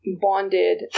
bonded